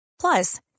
Plus